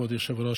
כבוד היושב-ראש,